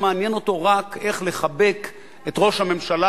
או שמעניין אותו רק איך לחבק את ראש הממשלה